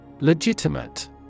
Legitimate